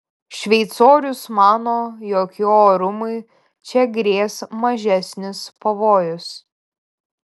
šveicorius mano jog jo orumui čia grės mažesnis pavojus